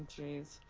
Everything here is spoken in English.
jeez